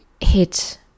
hit